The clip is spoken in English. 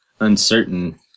uncertain